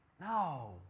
No